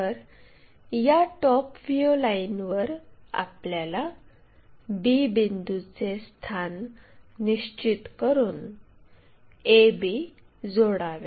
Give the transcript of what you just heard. तर या top view लाईनवर आपण b बिंदूचे स्थान निश्चित करून a b जोडावे